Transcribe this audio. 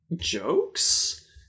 jokes